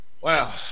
Wow